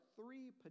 three